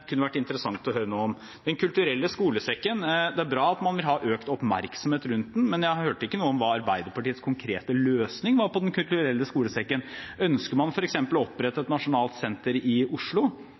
kunne det vært interessant å høre noe om. Den kulturelle skolesekken: Det er bra at man vil ha økt oppmerksomhet rundt den, men jeg hørte ikke noe om hva Arbeiderpartiets konkrete løsning var på Den kulturelle skolesekken. Ønsker man f.eks. å opprette et nasjonalt senter i Oslo